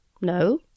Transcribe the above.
No